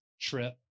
trip